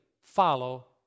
follow